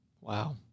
Wow